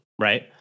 right